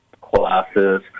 classes